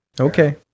Okay